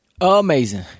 amazing